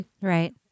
Right